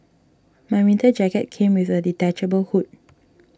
my winter jacket came with a detachable hood